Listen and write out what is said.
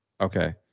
Okay